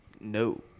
No